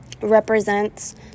represents